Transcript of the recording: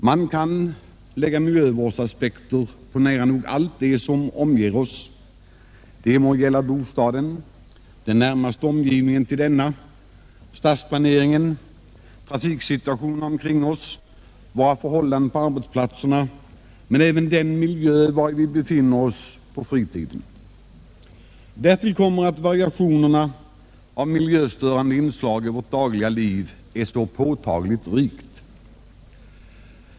Man kan lägga miljövårdsaspekter på nära nog allt det som omger oss, det må gälla bostaden, den närmaste omgivningen till denna, stadsplaneringen, trafiksituationen, våra förhållanden på arbetsplatserna, men även den miljö vari vi befinner oss på fritiden. Därtill kommer att variationerna av miljöstörande inslag i vårt dagliga liv är så stora.